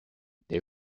der